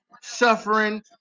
suffering